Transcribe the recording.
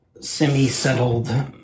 Semi-settled